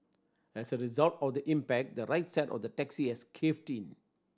as a result of the impact the right side of the taxi had caved in